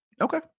Okay